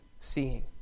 seeing